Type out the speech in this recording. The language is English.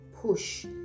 push